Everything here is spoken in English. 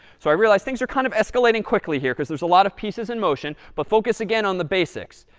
so i realize things are kind of escalating quickly here because there's a lot of pieces in motion, but focus again on the basics.